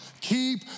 Keep